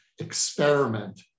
experiment